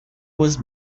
was